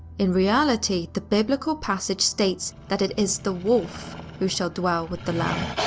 in reality the biblical passage states that it is the wolf who shall dwell with the lamb.